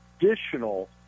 additional